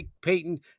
Payton